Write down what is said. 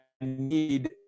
need